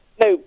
No